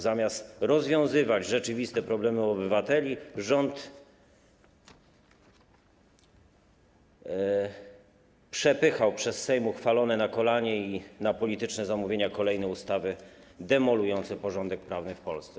Zamiast rozwiązywać rzeczywiste problemy obywateli, rząd przepychał przez Sejm uchwalone na kolanie i na polityczne zamówienia kolejne ustawy demolujące porządek prawny w Polsce.